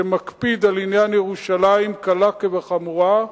שמקפיד על עניין ירושלים קלה כחמורה,